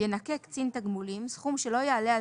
ינכה קצין תגמולים סכום שלא יעלה על